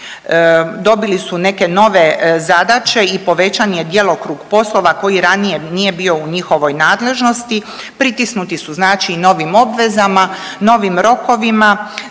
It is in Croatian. dobili su neke nove zadaće i povećan je djelokrug poslova koji ranije nije bio u njihovoj nadležnosti. Pritisnuti su znači i novim obvezama, novim rokovima,